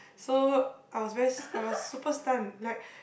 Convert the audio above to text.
so I was very I was super stunned like